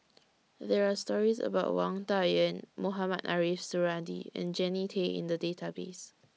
There Are stories about Wang Dayuan Mohamed Ariff Suradi and Jannie Tay in The Database